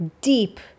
deep